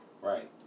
right